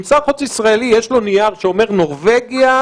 לשר החוץ הישראלי יש נייר שאומר: נורבגיה